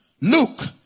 luke